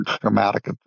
dramatic